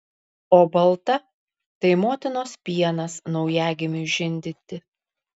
o balta tai motinos pienas naujagimiui žindyti